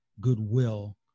goodwill